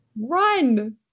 run